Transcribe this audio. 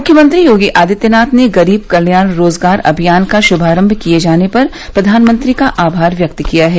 मुख्यमंत्री योगी आदित्यनाथ ने गरीब कल्याण रोजगार अभियान का श्मारम्भ किये जाने पर प्रधानमंत्री का आभार व्यक्त किया है